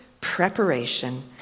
preparation